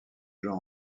jean